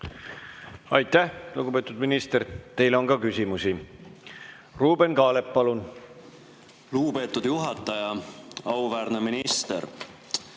Aitäh, lugupeetud minister! Teile on ka küsimusi. Ruuben Kaalep, palun! Lugupeetud juhataja! Auväärne minister!